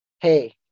Hey